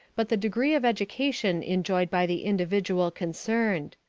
but the degree of education enjoyed by the individual concerned.